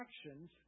actions